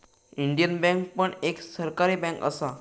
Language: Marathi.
इंडियन बँक पण एक सरकारी बँक असा